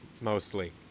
mostly